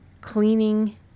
cleaning